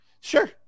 sure